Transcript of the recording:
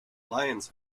lions